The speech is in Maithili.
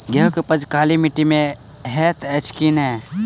गेंहूँ केँ उपज काली माटि मे हएत अछि की नै?